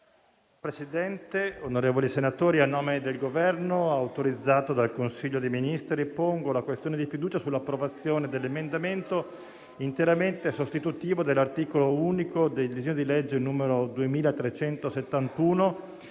Presidente, onorevoli senatori, a nome del Governo, autorizzato dal Consiglio dei ministri, pongo la questione di fiducia sull'approvazione dell'emendamento interamente sostitutivo dell'articolo unico del disegno di legge n. 2371,